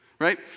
right